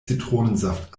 zitronensaft